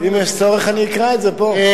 אם יש צורך אני אקרא את זה פה.